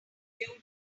view